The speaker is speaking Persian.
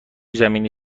زمینی